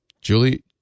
Julie